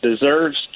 deserves